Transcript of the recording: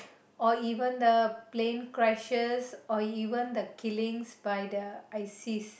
or even the plane crashes or even the killings by the ISIS